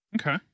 Okay